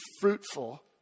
fruitful